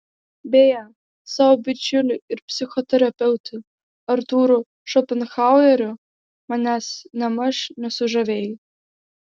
beje savo bičiuliu ir psichoterapeutu artūru šopenhaueriu manęs nėmaž nesužavėjai